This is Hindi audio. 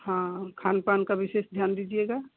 हा खान पान का विशेष ध्यान दीजिएगा